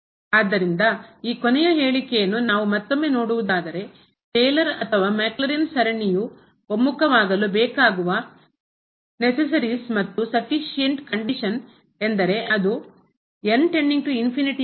ಆದ್ದರಿಂದ ಈ ಕೊನೆಯ ಹೇಳಿಕೆಯನ್ನು ನಾವು ಮತ್ತೊಮ್ಮೆ ನೋಡುವುದಾದರೆ ಟೇಲರ್ ಅಥವಾ ಮ್ಯಾಕ್ಲೌರಿನ್ ಸರಣಿಯು ಕನ್ವರಜು ಒಮ್ಮುಖವಾಗಲು ಬೇಕಾಗುವ ನೆಸ್ಸ್ಸರಿಅಗತ್ಯ ಮತ್ತು ಸಫಿಶಿಎಂಟ್ ಸಾಕಾಗು ಕಂಡೀಶನ್ ಎಂದರೆ ಅದು ಆದಾಗ